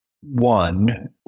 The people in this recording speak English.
one